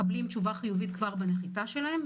שנדבקו מקבלים תשובה חיובית כבר בנחיתה שלהם,